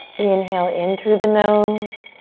inhale in through the nose.